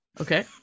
Okay